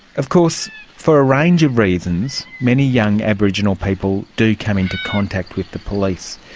of course for a range of reasons many young aboriginal people do come into contact with the police.